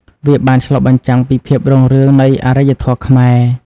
វាបានឆ្លុះបញ្ចាំងពីភាពរុងរឿងនៃអរិយធម៌ខ្មែរ។